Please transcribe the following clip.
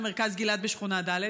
למרכז גילת בשכונה ד'.